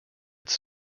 its